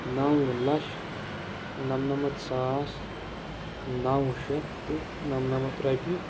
نَو لَچھ نَمنَمتھ ساس نَوشیٚتھ تہٕ نَمنَمتھ رۄپیہِ